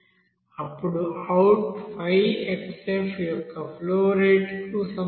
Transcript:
అప్పుడు out 5XF యొక్క flow rate కు సమానం